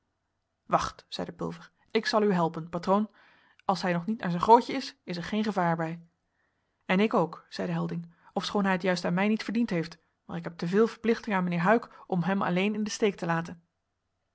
wacht zeide pulver ik zal u helpen patroon als hij nog niet naar zijn grootje is is er geen gevaar bij en ik ook zeide helding ofschoon hij het juist aan mij niet verdiend heeft maar ik heb te veel verplichting aan mijnheer huyck om hem alleen in den steek te laten